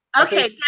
Okay